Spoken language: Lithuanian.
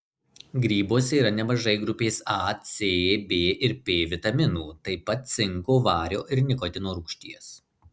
grybuose yra nemažai grupės a c b ir p vitaminų taip pat cinko vario ir nikotino rūgšties